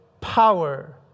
power